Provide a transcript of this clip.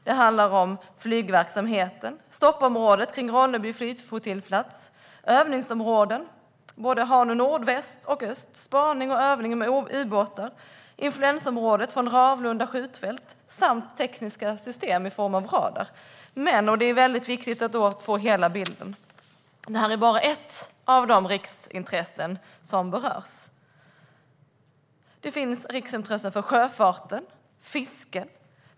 Det handlar om flygverksamheten, stoppområdet kring Ronneby flygflottilj, övningsområdena Hanö Nord, Hanö Väst och Hanö Ost, spaning och övning med ubåtar, influensområdet från Ravlunda skjutfält samt tekniska system i form av radar. Men det är viktigt att få hela bilden. Det här är bara ett av de riksintressen som berörs. Det finns riksintressen för sjöfarten och för fisket.